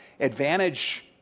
advantage